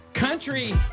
Country